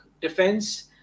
defense